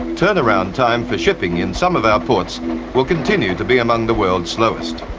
turnaround time for shipping in some of our ports will continue to be among the world's slowest.